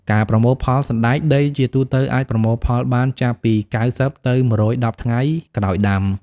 ការប្រមូលផល សណ្តែកដីជាទូទៅអាចប្រមូលផលបានចាប់ពី ៩០ ទៅ ១១០ ថ្ងៃក្រោយដាំ។